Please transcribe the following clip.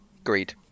agreed